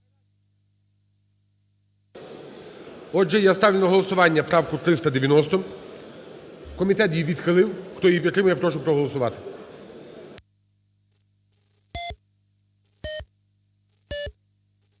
Дякую. Я ставлю на голосування правку 428. Комітет її відхилив. Хто підтримує, прошу проголосувати.